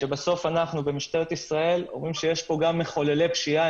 שבסוף אנחנו במשטרת ישראל אומרים שיש פה גם מחוללי פשיעה,